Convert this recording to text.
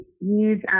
use